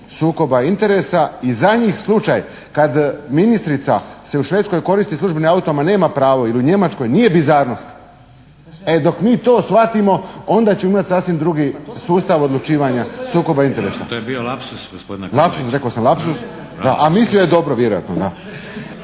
sukoba interesa i za njih slučaj, kad ministrica se u Švedskoj koristi službenim autom a nema pravo ili u Njemačkoj, nije bizarnost. E, dok mi to shvatimo onda ćemo imati sasvim drugi sustav odlučivanja sukoba interesa. **Šeks, Vladimir (HDZ)** To je bio lapsus gospodina Kramarića. **Kovačević, Pero (HSP)** Lapsus, rekao sam da. A mislio je dobro vjerojatno.